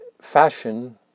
fashion